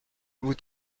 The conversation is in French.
vous